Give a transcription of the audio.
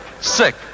sick